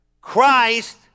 Christ